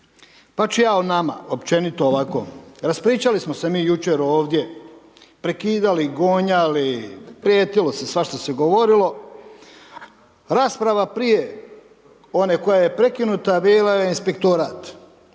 Pa ću ja o nama općenito ovako. Raspričali smo se mi jučer ovdje, prekidali, gonjali, prijetilo se, svašta se govorilo. Rasprava prije one koja je prekinuta, bila je inspektorat,